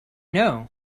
know